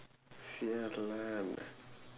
!siala!